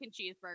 Cheeseburger